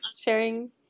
sharing